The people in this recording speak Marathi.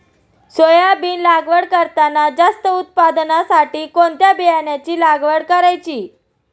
सोयाबीन लागवड करताना जास्त उत्पादनासाठी कोणत्या बियाण्याची निवड करायची?